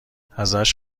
ازش